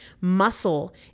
Muscle